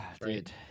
Dude